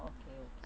orh okay okay